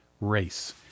race